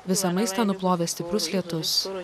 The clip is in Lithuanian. visą maistą nuplovė stiprus lietus